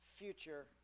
future